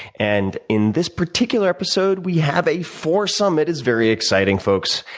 and in this particular episode, we have a foursome that is very exciting, folks,